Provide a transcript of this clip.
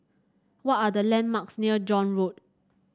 what are the landmarks near John Road